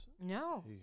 No